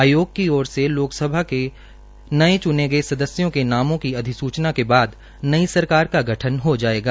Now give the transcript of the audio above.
आयोग की ओर से लोकसभा के नये चुने गए सदस्यों के नामों की अधिसूचना के बाद नई सरकार का गठन हो जाएगा